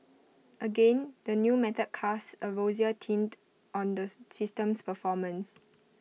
again the new method casts A rosier tint on the system's performance